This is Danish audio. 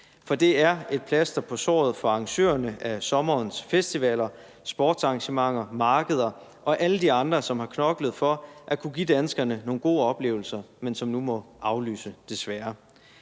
For det er et plaster på såret for arrangørerne af sommerens festivaler, sportsarrangementer, markeder og alle de andre, som har knoklet for at kunne give danskerne nogle gode oplevelser, men som nu desværre